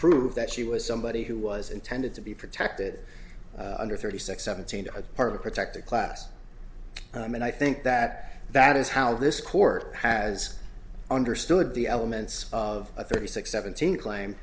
prove that she was somebody who was intended to be protected under thirty six seventeen a part of a protected class and i think that that is how this court has understood the elements of a thirty six seventeen claim